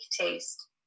taste